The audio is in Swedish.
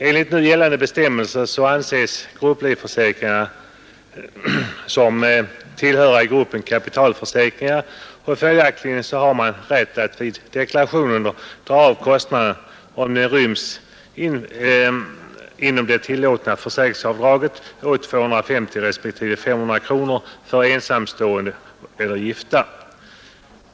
Enligt nu gällande bestämmelser anses grupplivfö ingarna tillhöra gruppen kapitalförsäkringar, och följaktligen har man rätt att vid deklarationen dra av kostnaderna om de ryms inom det tillatna försäkringsavdraget på 250 respektive 500 kronor för ensamstaende eller gifta.